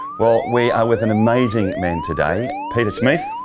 well we are with an amazing man today peter smeeth.